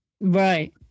Right